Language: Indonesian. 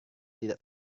tidak